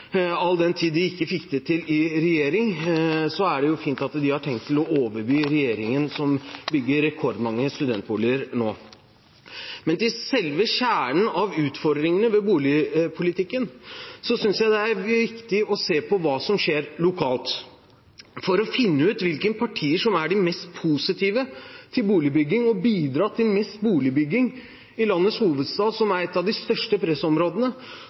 All den tid de ikke fikk det til i regjering, er det jo fint at de har tenkt å overby regjeringen, som bygger rekordmange studentboliger nå. Men for å gå til selve kjernen av utfordringene ved boligpolitikken synes jeg det er viktig å se på hva som skjer lokalt. For å finne ut hvilke partier som er mest positive til boligbygging og bidrar mest til boligbygging i landets hovedstad, som er et av de største pressområdene,